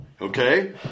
Okay